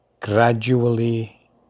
Gradually